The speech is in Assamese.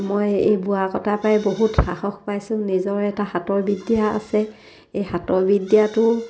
মই এই বোৱা কটাৰপৰাই বহুত সাহস পাইছোঁ নিজৰ এটা হাতৰ বিদ্যা আছে এই হাতৰ বিদ্যাটো